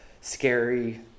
scary